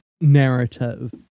narrative